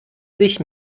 sich